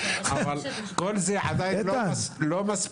כל זה עדיין לא מספיק.